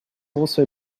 also